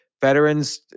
veterans